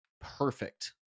perfect